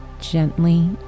gently